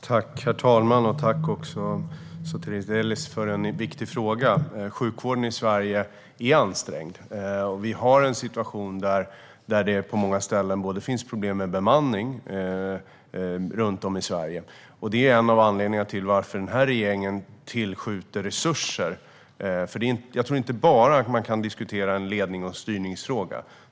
Herr talman! Tack, Sotiris Delis, för en viktig fråga! Sjukvården i Sverige är ansträngd. Vi har en situation där det på många ställen runt om i Sverige finns problem med bemanning. Det är en av anledningarna till att regeringen tillskjuter resurser. Jag tror inte att man bara kan diskutera lednings och styrningsfrågan.